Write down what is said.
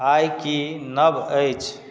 आइ की नव अछि